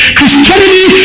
Christianity